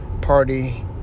party